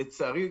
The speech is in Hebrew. לצערי,